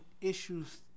issues